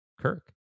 Kirk